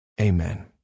amen